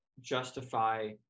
justify